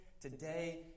today